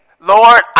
Lord